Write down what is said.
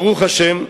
ברוך השם,